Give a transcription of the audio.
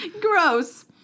Gross